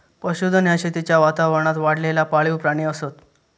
पशुधन ह्या शेतीच्या वातावरणात वाढलेला पाळीव प्राणी असत